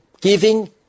giving